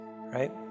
right